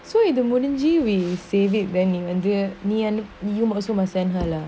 so in the modern day we save it bending idea send her lah